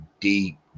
deep